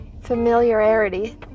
Familiarity